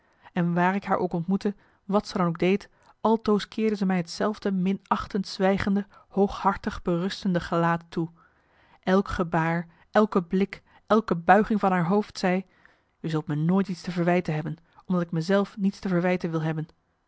en waar ik haar ook ontmoette wat ze dan ook deed altoos keerde ze mij hetzelfde minachtend zwijgende hooghartig berustende gelaat toe elk gebaar elke blik elke buiging van haar hoofd zei je zult me nooit iets te verwijten hebben omdat ik me zelf niets te verwijten wil hebben